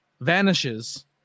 vanishes